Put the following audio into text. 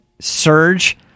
surge